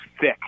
thick